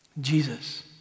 Jesus